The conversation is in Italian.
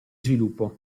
sviluppo